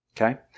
okay